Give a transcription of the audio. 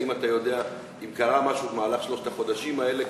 האם אתה יודע אם קרה משהו בשלושת החודשים האלה?